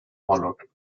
followed